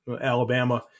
Alabama